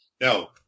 no